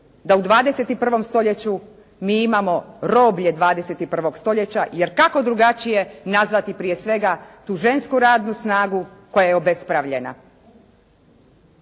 da u 21. stoljeću mi imamo roblje 21. stoljeća jer kako drugačije nazvati prije svega tu žensku radnu snagu koja je obespravljena,